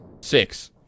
six